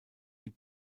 die